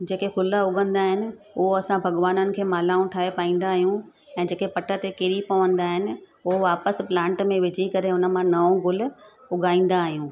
जेके फुल उॻंदा आहिनि उहो असां भॻवाननि खे मालाऊं ठाहे पाईंदा आहियूं ऐं जेके पट ते किरी पवंदा आहिनि उहो वापिसि प्लांट में विझी करे उन मां नओ ग़ुल उॻाईंदा आहियूं